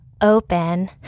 open